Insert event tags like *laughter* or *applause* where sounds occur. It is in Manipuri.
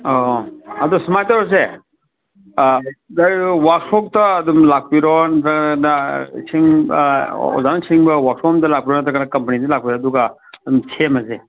ꯑꯧ ꯑꯗꯨ ꯁꯨꯃꯥꯏꯅ ꯇꯧꯔꯁꯦ *unintelligible* ꯋꯥꯁꯣꯞꯇ ꯑꯗꯨꯝ ꯂꯥꯛꯄꯤꯔꯣ ꯅꯠꯇ꯭ꯔꯒꯅ ꯑꯣꯖꯥꯅ ꯁꯤꯡꯕ ꯋꯥꯛꯁꯣꯞ ꯑꯃꯗ ꯂꯥꯛꯄꯤꯔꯣ ꯅꯠꯇ꯭ꯔꯒꯅ ꯀꯝꯄꯅꯤꯗ ꯂꯥꯛꯄꯤꯔꯣ ꯑꯗꯨꯒ ꯑꯗꯨꯝ ꯁꯦꯝꯂꯁꯦ